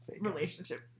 relationship